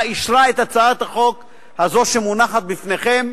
אישרה את הצעת החוק הזו שמונחת בפניכם,